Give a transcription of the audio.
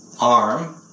Arm